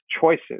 choices